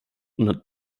und